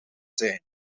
zijn